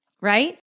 Right